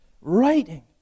Writing